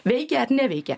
veikia ar neveikia